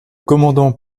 commandant